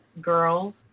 girls